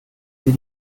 sie